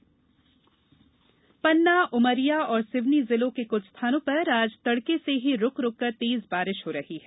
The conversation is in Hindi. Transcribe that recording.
मौसम पन्ना उमरिया और सिवनी जिलों के कुछ स्थानों पर आज तड़के से ही रूक रूक कर तेज बारिश हो रही है